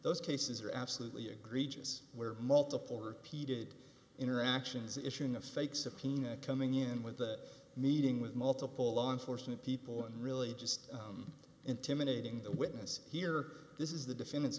those cases are absolutely egregious where multiple repeated interactions issuing a fake subpoena coming in with a meeting with multiple law enforcement people and really just intimidating the witness here this is the defendant's